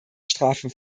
strafen